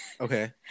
Okay